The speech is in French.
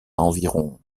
environ